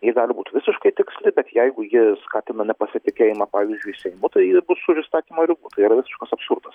ji gali būt visiškai tiksli bet jeigu ji skatina nepasitikėjimą pavyzdžiui seimu tai ji ir bus už įstatymo ribų tai yra visiškas absurdas